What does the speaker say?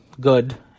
good